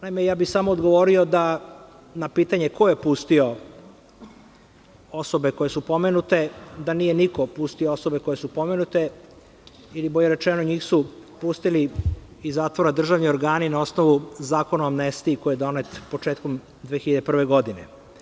Samo bih odgovorio da, na pitanje ko je pustio osobe koje su pomenute, nije niko pustio osobe koje su pomenute ili, bolje rečeno, njih su pustili iz zatvora državni organi na osnovu Zakona o amnestiji koji je donet početkom 2001. godine.